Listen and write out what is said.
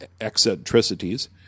eccentricities